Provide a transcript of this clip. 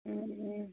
অঁ